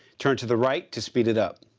turn to the right to speed it up.